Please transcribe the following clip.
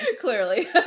Clearly